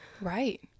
Right